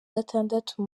gatandatu